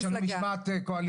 יש שם משמעת קואליציונית.